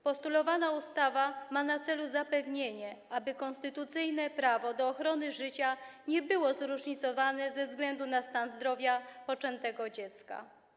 Postulowana ustawa ma na celu zapewnienie, aby konstytucyjne prawo do ochrony życia nie było różnicowane ze względu na stan zdrowia poczętego dziecka.